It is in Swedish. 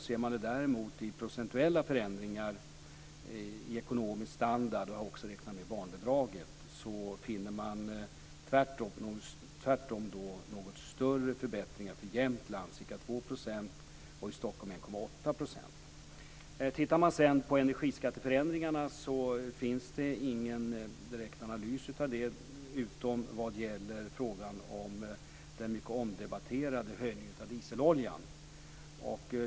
Ser man det däremot i procentuella förändringar i ekonomisk standard och också räknar med barnbidraget, finner man tvärtom något större förbättringar för Jämtland, ca 2 % och för Vad det sedan gäller enegiskatteförändringarna har det inte gjorts någon direkt analys utom vad gäller den mycket omdebatterade höjningen av skatten på dieselolja.